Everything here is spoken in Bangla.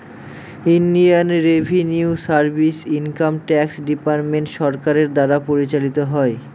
Indian revenue service income tax department সরকারের দ্বারা পরিচালিত হয়